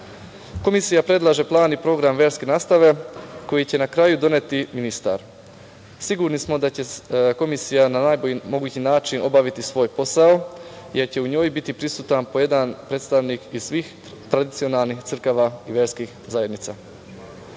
predlaže plan i program verske nastave koji će na kraju doneti ministar. Sigurni smo da će Komisija na najbolji mogući način obaviti svoj posao jer će u njoj biti prisutan po jedan predstavnik iz svih tradicionalnih crkava i verskih zajednica. Kao